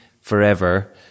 forever